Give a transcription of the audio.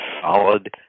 solid